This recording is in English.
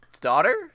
daughter